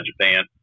Japan